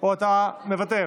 או אתה מוותר?